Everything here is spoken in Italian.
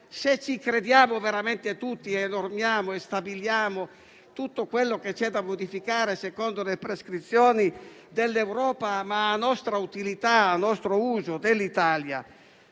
se ci crediamo veramente tutti e se normiamo e stabiliamo tutto quello che c'è da modificare: secondo le prescrizioni dell'Europa, sì, ma a nostra utilità e a uso dell'Italia.